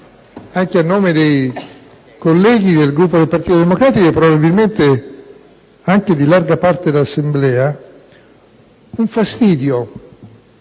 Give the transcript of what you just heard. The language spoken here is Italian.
anche a nome dei colleghi del Gruppo del Partito Democratico, e probabilmente anche di larga parte dell'Assemblea, fastidio